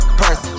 purse